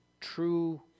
true